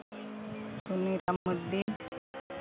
ᱥᱩᱱᱤᱴᱟᱢ ᱢᱟᱹᱨᱰᱤ